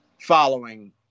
following